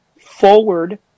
forward